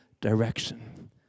Direction